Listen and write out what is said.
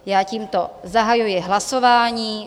Já tímto zahajuji hlasování.